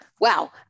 wow